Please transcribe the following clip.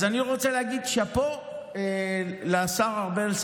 אז אני רוצה להגיד שאפו לשר ארבל,